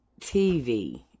tv